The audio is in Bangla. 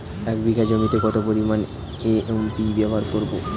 এক বিঘা জমিতে কত পরিমান এম.ও.পি ব্যবহার করব?